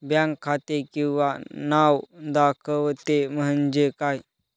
Bank खाते किंवा नाव दाखवते म्हणजे काय?